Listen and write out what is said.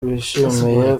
bishingiye